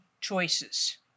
choices